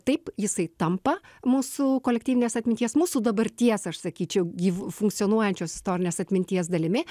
taip jisai tampa mūsų kolektyvinės atminties mūsų dabarties aš sakyčiau gyvu funkcionuojančios istorinės atminties dalimi